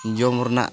ᱡᱚᱢ ᱨᱮᱭᱟᱜ